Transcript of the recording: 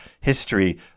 history